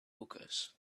hookahs